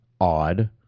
odd